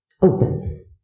open